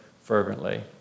fervently